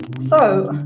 so,